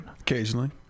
Occasionally